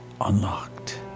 unlocked